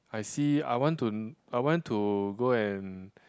I see I want to I want to go and